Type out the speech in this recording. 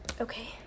Okay